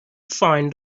find